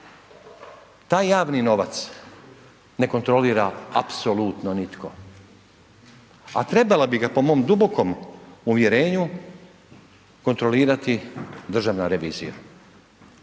taj javni novac ne kontrolira apsolutno nitko, a trebala bi ga po mom dubokom uvjerenju kontrolirati Državna revizija.